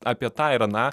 apie tą ir aną